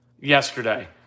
yesterday